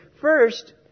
first